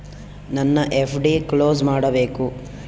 ನನ್ನ FD close ಮಾಡಬೇಕು